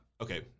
Okay